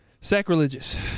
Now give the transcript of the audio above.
sacrilegious